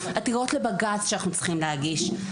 עתירות לבג"ץ שאנחנו צריכים להגיש.